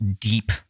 deep